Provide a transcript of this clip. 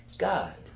God